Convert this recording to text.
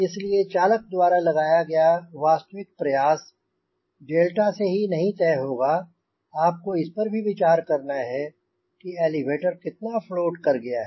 इसलिए चालक द्वारा लगाया गया वास्तविक प्रयास डेल्टा से ही नहीं तय होगा आपको इस पर भी विचार करना है कि एलिवेटर कितना फ्लोट कर गया है